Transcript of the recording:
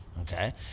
okay